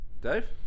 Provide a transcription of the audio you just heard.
Dave